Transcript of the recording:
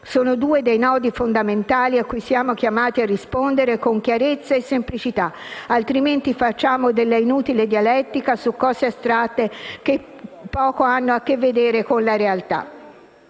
sono due dei nodi fondamentali cui siamo chiamati a rispondere con chiarezza e semplicità; altrimenti facciamo della inutile dialettica su cose astratte che poco hanno a che vedere con la realtà.